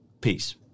Peace